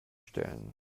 stellen